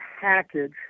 package